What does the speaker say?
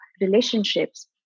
relationships